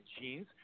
genes